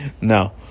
no